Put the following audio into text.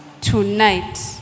Tonight